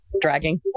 dragging